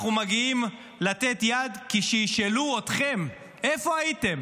אנחנו מגיעים לתת יד כי כשישאלו אתכם: איפה הייתם?